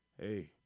hey